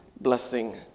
blessing